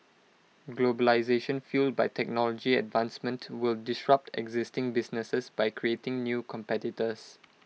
globalisation fuelled by technology advancement will disrupt existing businesses by creating new competitors